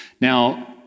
Now